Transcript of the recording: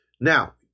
Now